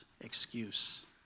excuse